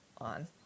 on